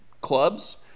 clubs